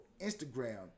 Instagram